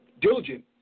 diligent